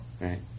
Right